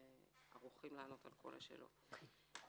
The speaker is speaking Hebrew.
וישמחו לענות על כל השאלות.